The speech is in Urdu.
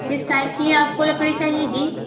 کس ٹائپ کی ہے آپ کو لکڑی چاہیے جی